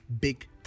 big